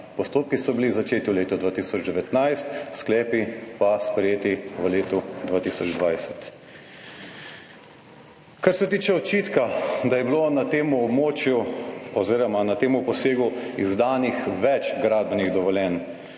Postopki so bili začeti v letu 2019, sklepi pa sprejeti v letu 2020. Kar se tiče očitka, da je bilo na tem območju oziroma na tem posegu izdanih več gradbenih dovoljenj,